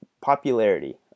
popularity